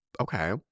Okay